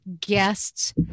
guests